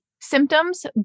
symptoms